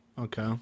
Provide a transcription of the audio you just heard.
Okay